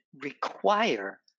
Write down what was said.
require